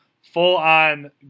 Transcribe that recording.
full-on